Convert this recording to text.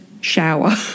shower